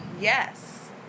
Yes